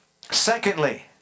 Secondly